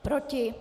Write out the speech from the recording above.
Proti?